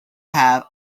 have